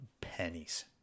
pennies